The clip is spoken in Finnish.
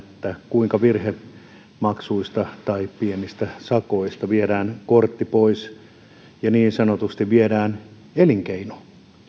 kuinka virhemaksuista tai pienistä sakoista viedään kortti pois ja niin sanotusti viedään elinkeino